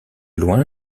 loin